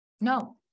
No